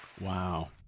Wow